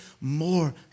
more